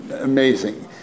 amazing